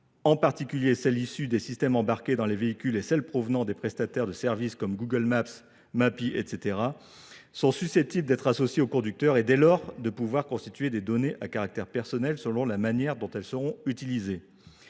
en particulier celles issues des systèmes embarqués dans les véhicules et celles provenant de prestataires de services comme Google Maps, Mappy, etc. – sont susceptibles d’être associées au conducteur et, dès lors, de […] constituer des données à caractère personnel selon la manière dont elles seront utilisées